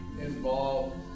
involved